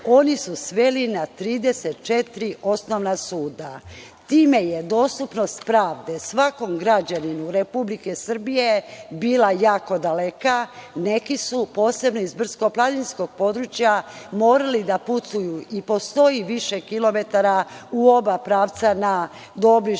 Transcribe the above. oni su sveli na 34 osnovna suda. Time je dostupnost pravde svakom građaninu Republike Srbije bila jako daleka. Neki su, posebno iz brdsko-planinskog područja, morali da putuju i po sto i više kilometara u oba pravca do obližnjeg